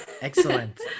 Excellent